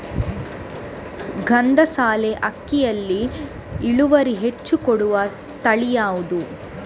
ಗಂಧಸಾಲೆ ಅಕ್ಕಿಯಲ್ಲಿ ಇಳುವರಿ ಹೆಚ್ಚು ಕೊಡುವ ತಳಿ ಯಾವುದು?